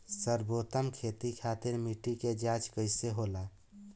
सर्वोत्तम खेती खातिर मिट्टी के जाँच कइसे होला?